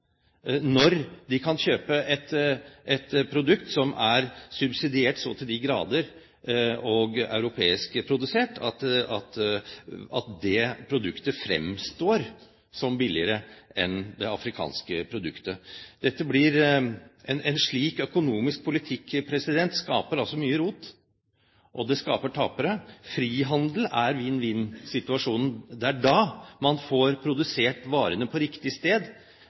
når de kan kjøpe et produkt som er subsidiert så til de grader – og europeiskprodusert – at det produktet fremstår som billigere enn det afrikanske produktet. En slik økonomisk politikk skaper altså mye rot, og det skaper tapere. Frihandel er vinn-vinn-situasjonen. Det er da man får produsert varene på riktig sted,